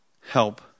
help